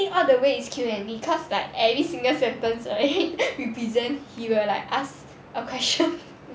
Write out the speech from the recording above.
I think all the way is Q&A cause like every single sentence we present he will like ask a question